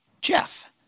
Jeff